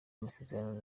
amasezerano